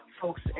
folks